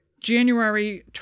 January